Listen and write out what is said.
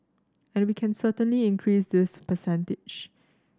and we can certainly increase this percentage